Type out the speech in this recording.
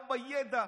לא בידע,